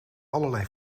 allerlei